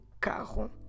carro